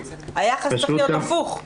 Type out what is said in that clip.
היחס צריך להיות הפוך.